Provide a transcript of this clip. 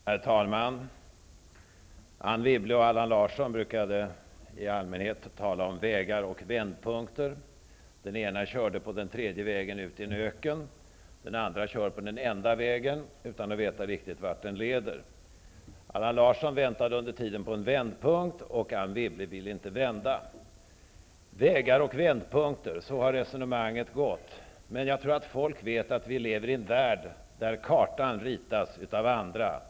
Herr talman! Anne Wibble och Allan Larsson brukade i allmänhet tala om vägar och vändpunkter. Den ena körde på den tredje vägen ut i en öken. Den andra kör på den enda vägen utan att riktigt veta vart den leder. Allan Larsson väntade under tiden på en vändpunkt, och Anne Wibble ville inte vända. Vägar och vändpunkter -- så har resonemanget gått. Men jag tror att folk vet att vi lever i en värld där kartan ritas av andra.